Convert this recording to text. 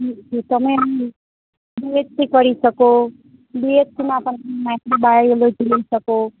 તમે M B S C કરી શકો બી એસ સીમાં પણ મૅથ્સ કે બાયોલોજી લઇ શકો